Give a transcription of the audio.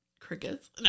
crickets